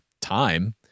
time